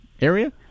area